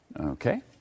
Okay